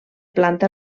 planta